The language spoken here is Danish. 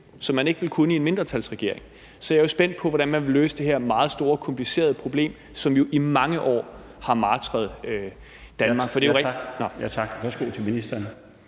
som man ikke ville kunne i en mindretalsregering. Så jeg er jo spændt på, hvordan man vil løse det her meget store komplicerede problem, som jo i mange år har martret Danmark.